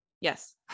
Yes